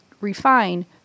refine